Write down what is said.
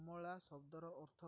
ମଳା ଶବ୍ଦର ଅର୍ଥ କ'ଣ